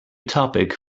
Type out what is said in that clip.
topic